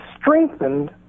strengthened